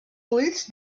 ulls